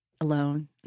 alone